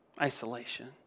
Isolation